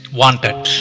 wanted